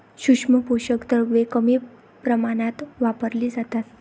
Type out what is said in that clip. सूक्ष्म पोषक द्रव्ये कमी प्रमाणात वापरली जातात